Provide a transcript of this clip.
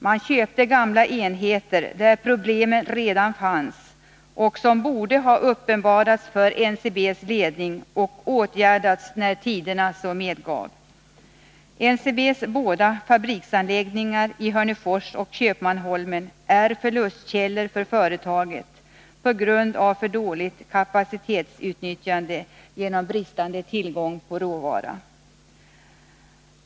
Man köpte gamla enheter där problemen redan fanns och borde ha uppenbarats för NCB:s ledning och åtgärdats när tiderna så medgav. NCB:s båda fabriksanläggningar i Hörnefors och Köpmanholmen är förlustkällor för företaget på grund av för dåligt kapacitetsutnyttjande genom bristande tillgång på råvara.